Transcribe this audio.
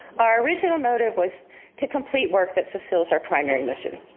our original motive was to complete work that fulfills our primary mission.